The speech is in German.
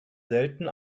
selten